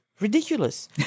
ridiculous